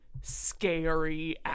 scary